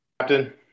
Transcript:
Captain